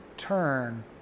turn